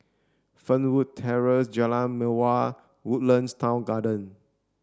Fernwood Terrace Jalan Mawar Woodlands Town Garden